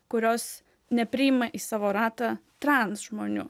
kurios nepriima į savo ratą trans žmonių